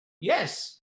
yes